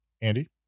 Andy